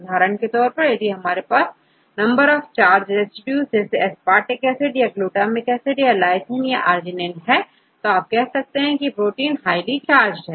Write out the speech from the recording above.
उदाहरण के तौर पर यदि आपके पास नंबर ऑफ चार्ज रेसिड्यू जैसे एस्पार्टिक एसिड या ग्लूटामिक एसिड या lysine या आर्जिनिन है तो तो आप कह सकते हैं की प्रोटीन हाईली charged है